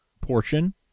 portion